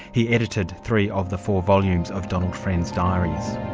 he edited three of the four volumes of donald friend's diaries.